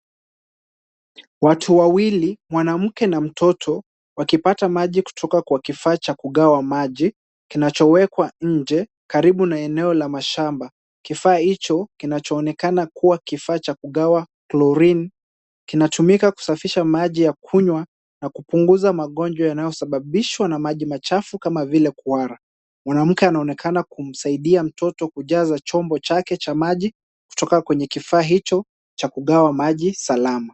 Watu wawili, mwanamke na mtoto wakipata maji kutoka kwa kifaa cha kugawa maji kinachowekwa nje karibu na eneo la mashamba. Kifaa hicho kinachoonekana kuwa kifaa cha kugawa chlorine kinatumika kusafisha maji ya kunywa na kupunguza magonjwa yanayosababishwa na maji machafu kama vile kuhara. Mwanamke anaonekana kumsaidia mtoto kujaza chombo chake cha maji kutoka kwenye kifaa hicho cha kugawa maji salama.